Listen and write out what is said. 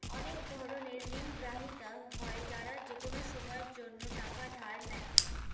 অনেক ধরনের ঋণগ্রহীতা হয় যারা যেকোনো সময়ের জন্যে টাকা ধার নেয়